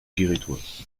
guérétois